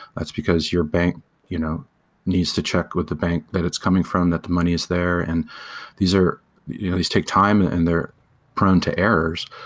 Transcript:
that's because your bank you know needs to check with the bank that it's coming from that the money is there and these are these take time and they're prone to errors.